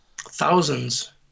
Thousands